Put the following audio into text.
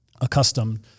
accustomed